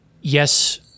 yes